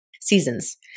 seasons